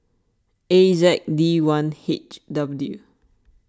A Z D one H W